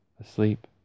asleep